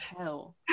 hell